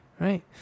right